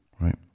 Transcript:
right